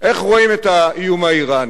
איך רואים את האיום האירני.